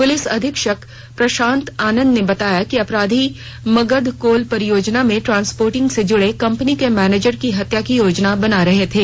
police अधीक्षक प्रशांत आनंद ने बताया कि अपराधी मगध कोल परियोजना में ट्रांसपोर्टिंग से जुड़े कंपनी के मैनेजर की हत्या की योजना बना रहे थे